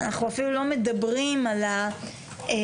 אנחנו אפילו לא מדברים על הנסיגה